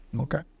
Okay